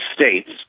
states